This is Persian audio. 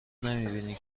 نمیبینی